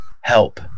help